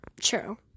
True